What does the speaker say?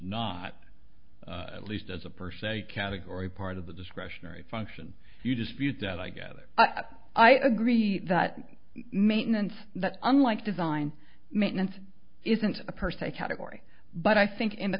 not at least as a per se category part of the discretionary function you dispute that i gather i agree that maintenance that unlike design maintenance isn't a per se category but i think in the